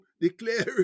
declaring